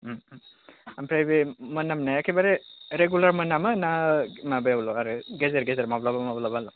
ओमफ्राय बे मोनामनाया एखेबारे रेगुलार मोनामो ना माबायावल' आरो गेजेर गेजेर माब्लाबा माब्लाबाल'